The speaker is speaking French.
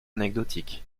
anecdotiques